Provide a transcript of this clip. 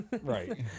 Right